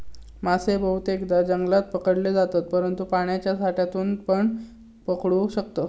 मासे बहुतेकदां जंगलात पकडले जातत, परंतु पाण्याच्या साठ्यातूनपण पकडू शकतत